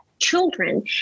children